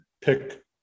Pick